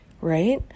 Right